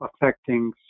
affecting